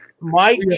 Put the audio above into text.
Mike